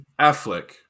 affleck